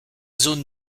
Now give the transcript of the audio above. zone